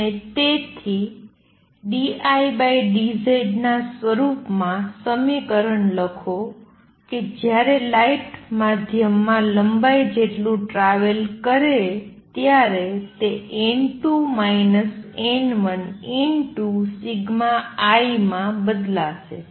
અને તેથી dIdZ ના સ્વરૂપમાં સમીકરણ લખો કે જ્યારે લાઇટ માધ્યમમાં લંબાઈ જેટલુ ટ્રાવેલ કરે ત્યારે તે n2 n1σI માં બદલાશે